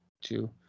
two